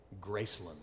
Graceland